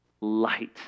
light